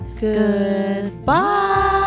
goodbye